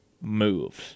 moves